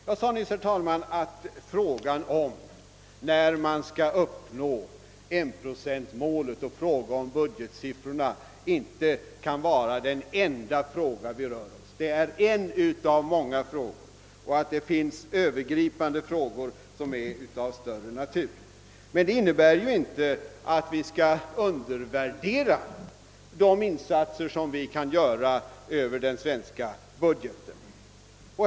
Jag sade nyss att frågan om när vi skall uppnå 1-procentsmålet bara är en fråga av många. Det finns övergripande frågor av större betydelse. Detta innebär emellertid inte att vi skall undervärdera de insatser som kan göras över den svenska budgeten.